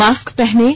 mask पहनें